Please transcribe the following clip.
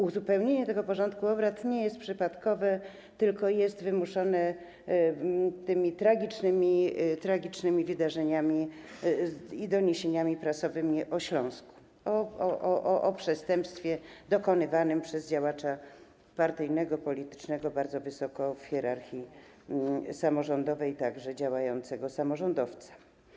Uzupełnienie tego porządku obrad nie jest przypadkowe, tylko jest wymuszone tragicznymi wydarzeniami i doniesieniami prasowymi ze Śląska o przestępstwie dokonywanym przez działacza partyjnego, politycznego, bardzo wysoko postawionego w hierarchii samorządowej, także działającego samorządowca.